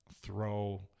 throw